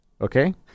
Okay